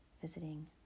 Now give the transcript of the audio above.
visiting